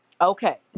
okay